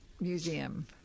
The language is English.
Museum